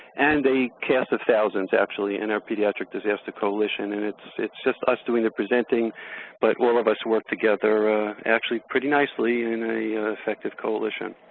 and a cast of thousands actually in our pediatric disaster coalition and it's it's just us doing the presenting but all of us worked together actually pretty nicely in an effective coalition.